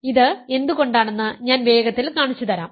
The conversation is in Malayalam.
ഇത് എന്തുകൊണ്ടാണെന്ന് ഞാൻ വേഗത്തിൽ കാണിച്ചുതരാം